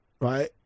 right